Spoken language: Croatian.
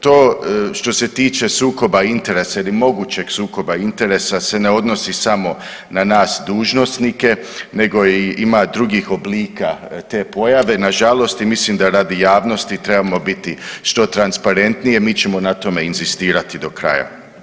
To što se tiče sukoba interesa ili mogućeg sukoba interesa se ne odnosi samo na nas dužnosnike nego ima i drugih oblika te pojave, nažalost i mislim da radi javnosti trebamo biti što transparentniji jer mi ćemo na tome inzistirati do kraja.